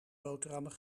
boterhammen